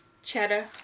Cheddar